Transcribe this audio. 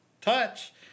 touch